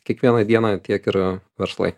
kiekvieną dieną tiek ir verslai